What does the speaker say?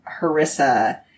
Harissa